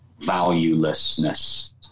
valuelessness